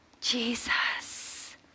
Jesus